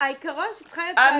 לא, העיקרון הוא שצריכה להיות ועדה.